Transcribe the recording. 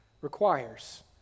requires